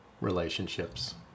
relationships